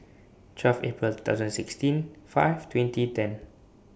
twelve April two thousand sixteen five twenty ten